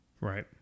Right